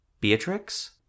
Beatrix